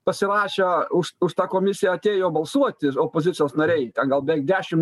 pasirašę už už tą komisiją atėjo balsuoti opozicijos nariai gal beveik dešim